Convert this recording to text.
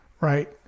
Right